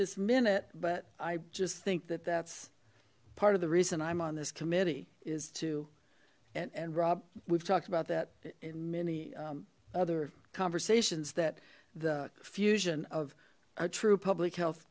this minute but i just think that that's part of the reason i'm on this committee is to and and rob we've talked about that in many other conversations that the fusion of a true public health